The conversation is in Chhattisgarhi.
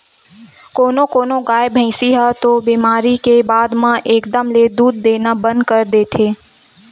कोनो कोनो गाय, भइसी ह तो बेमारी के बाद म एकदम ले दूद देना बंद कर देथे